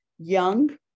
young